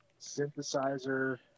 synthesizer